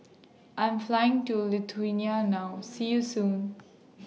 I Am Flying to Lithuania now See YOU Soon